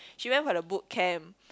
she went for the boot camp